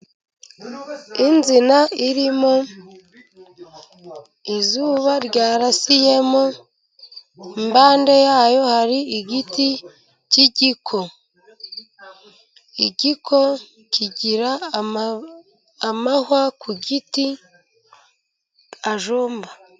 Insina irimo izuba ryarasiyemo, impande yayo hari igiti cy'igiko, igiko kigira amahwa ku giti ajombana.